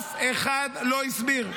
אף אחד לא הסביר.